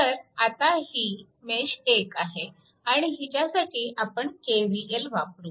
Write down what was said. तर आता ही मेश 1 आहे आणि हिच्यासाठी आपण KVL वापरू